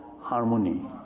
harmony